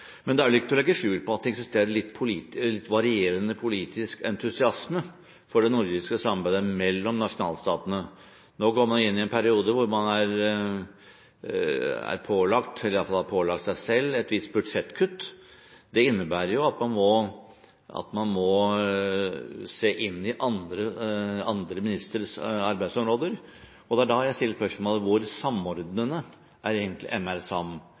Men det er vel ikke til å legge skjul på at det eksisterer en litt varierende politisk entusiasme for det nordiske samarbeidet mellom nasjonalstatene. Nå går man inn i en periode hvor man er pålagt – eller iallfall har man pålagt seg selv – et visst budsjettkutt. Det innebærer at man må se inn i andre ministeres arbeidsområder, og det er da jeg stiller spørsmålet: Hvor samordnende er egentlig